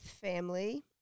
family